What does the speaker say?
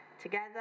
Together